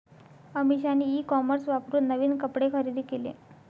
अमिषाने e commerce वापरून नवीन कपडे खरेदी केले